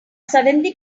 suddenly